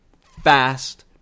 fast